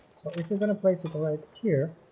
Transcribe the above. if you're gonna place it right here